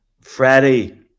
Freddie